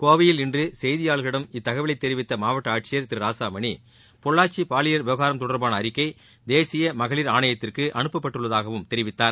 கோவையில் இன்று செய்தியாளர்களிடம் இத்தகவலை தெரிவித்த மாவட்ட ஆட்சியர் திரு ராசாமணி பொள்ளாச்சி பாலியல் விவகாரம் தொடர்பான அறிக்கை தேசிய மகளிர் ஆணையத்திற்கு அனுப்பப்பட்டுள்ளதாகவும் தெரிவித்தார்